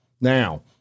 Now